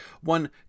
one